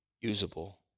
usable